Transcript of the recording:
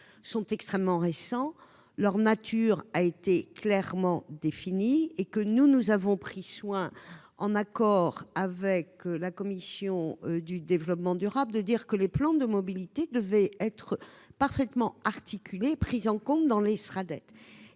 sont extrêmement récents. Leur nature a été clairement définie. Nous avons pris soin, en accord avec la commission du développement durable, de préciser que les plans de mobilité devaient être parfaitement articulés avec les Sraddet